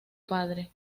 padre